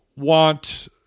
want